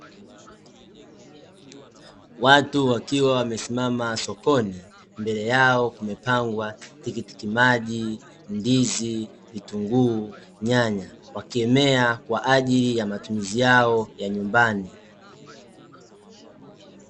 Watu wakiwa wamesimama sokoni, mbele yao kumepangwa tikitikimaji, ndizi , vitunguu, nyanya, wakiemea kwaajili ya matumizi yao ya nyumbani.